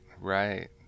right